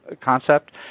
concept